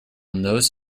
nose